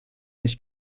nicht